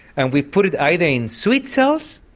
and we put it either in sweet cells,